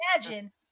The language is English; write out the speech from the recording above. imagine